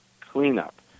cleanup